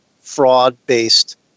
fraud-based